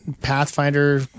pathfinder